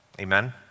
Amen